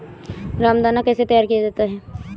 रामदाना कैसे तैयार किया जाता है?